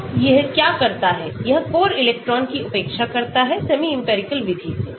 तो यह क्या करता है यह कोर इलेक्ट्रॉन की उपेक्षा करता है सेमी इंपिरिकल विधि से